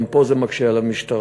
גם פה זה מקשה על המשטרה.